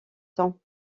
temps